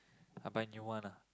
I buy new one ah